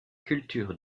culture